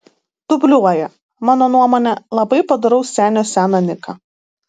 dubliuoja mano nuomone labai padoraus senio seną niką